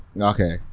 Okay